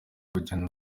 kugenda